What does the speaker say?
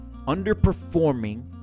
underperforming